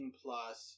plus